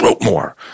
more